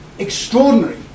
extraordinary